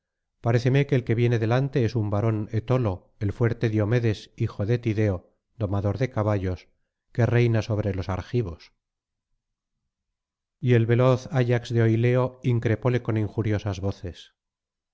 paréceme que el que viene delante es un varón etolo el fuerte diomedes hijo de tideo domador de caballos que reina sobre los argivos y el veloz ayax de oileo increpóle con injuriosas voces